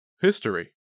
History